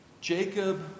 Jacob